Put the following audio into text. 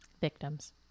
victims